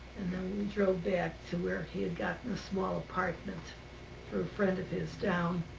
and then we drove back to where he had gotten a small apartment from a friend of his down